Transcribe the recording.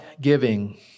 giving